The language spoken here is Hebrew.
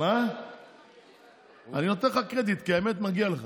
אתה בסוף, אני נותן לך קרדיט, כי האמת, מגיע לך,